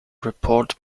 report